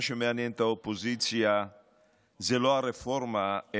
שמעניין את האופוזיציה זה לא הרפורמה,